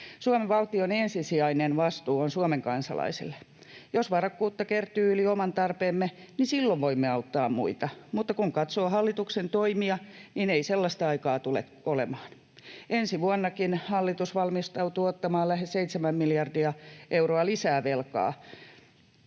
Suomen valtion ensisijainen vastuu on Suomen kansalaisille. Jos varakkuutta kertyy yli oman tarpeemme, niin silloin voimme auttaa muita, mutta kun katsoo hallituksen toimia, niin ei sellaista aikaa tule olemaan. Ensi vuonnakin hallitus valmistautuu ottamaan lähes 7 miljardia euroa lisää velkaa,